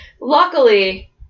Luckily